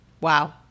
Wow